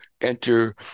enter